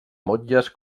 motlles